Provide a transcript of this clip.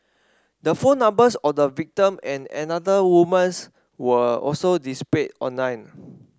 the phone numbers of the victim and another woman's were also displayed online